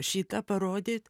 šį tą parodyt